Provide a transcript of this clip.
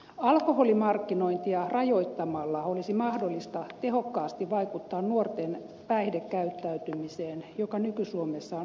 alkoholimarkkinointia rajoittamalla olisi mahdollista tehokkaasti vaikuttaa nuorten päihdekäyttäytymiseen joka nyky suomessa on huolestuttavalla mallilla